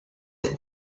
the